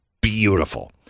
beautiful